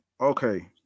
Okay